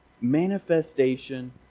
manifestation